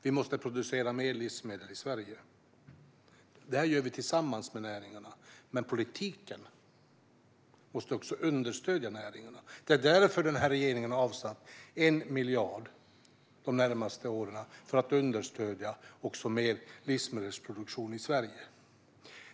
Vi måste producera mer livsmedel i Sverige. Detta gör vi tillsammans med näringarna. Men politiken måste också understödja näringarna. Det är därför som den här regeringen har avsatt 1 miljard under de närmaste åren för att understödja en ökad livsmedelsproduktion i Sverige.